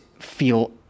feel